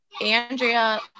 Andrea